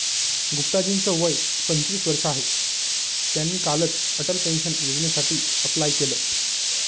गुप्ता जी च वय पंचवीस वर्ष आहे, त्यांनी कालच अटल पेन्शन योजनेसाठी अप्लाय केलं